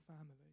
family